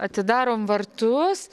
atidarom vartus